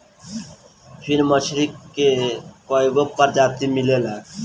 फिन मछरी के कईगो प्रजाति मिलेला